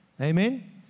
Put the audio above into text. Amen